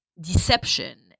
deception